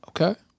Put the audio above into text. Okay